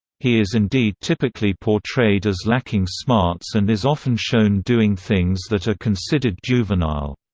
he is indeed typically portrayed as lacking smarts and is often shown doing things that are considered juvenile.